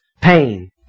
pain